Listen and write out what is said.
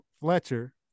Fletcher